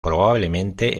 probablemente